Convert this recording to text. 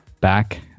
back